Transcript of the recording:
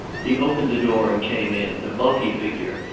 he opened the door and came in, a bulky figure,